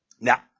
Now